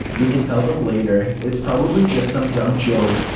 we can tell them later. it's probably just some dumb joke.